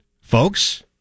Folks